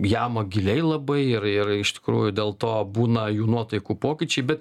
jama giliai labai ir ir iš tikrųjų dėl to būna jų nuotaikų pokyčiai bet